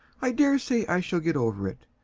i dare say i shall get over it.